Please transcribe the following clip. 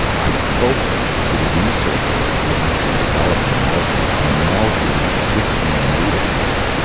i spoke to the researcher who actually developed the molecule and the molecule was just being made at this time.